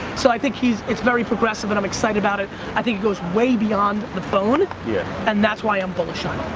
so, i think he's, it's very progressive and i'm excited about it, i think it goes way beyond the phone, yeah and that's why i'm bullish on